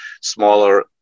smaller